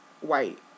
white